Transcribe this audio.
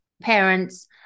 parents